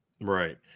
Right